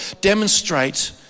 demonstrate